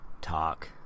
Talk